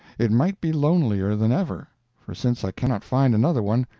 it might be lonelier than ever for since i cannot find another one,